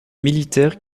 militaires